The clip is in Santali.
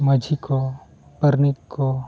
ᱢᱟᱺᱡᱷᱤ ᱠᱚ ᱯᱟᱨᱟᱱᱤᱠ ᱠᱚ